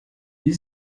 die